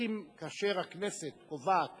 האם כאשר הכנסת קובעת